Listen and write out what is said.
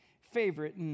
favorite